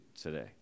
today